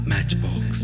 Matchbox